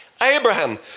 Abraham